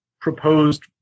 proposed